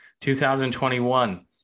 2021